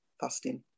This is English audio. fasting